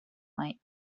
might